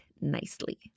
nicely